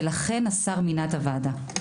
ולכן השר מינה את הוועדה.